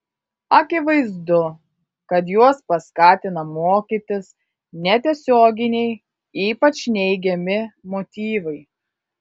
akivaizdu kad juos paskatina mokytis netiesioginiai ypač neigiami motyvai